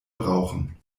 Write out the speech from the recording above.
brauchen